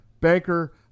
banker